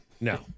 No